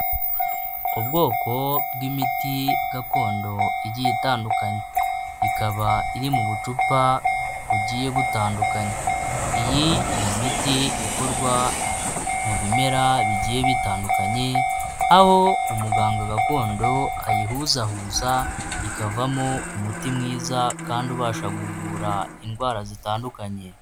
Ubwoko bw'imiti gakondo igiye itandukanye, ikaba iri mu bucupa bugiye butandukanye, iyi ni imiti ikorwa mu bimera bigiye bitandukanye, aho umuganga gakondo ayihuzahuza ikavamo umuti mwiza kandi ubasha kuvura indwara zitandukanye.